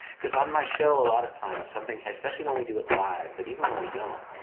cause on my show, a lot of times something, especially when we do it live, but even when we don't,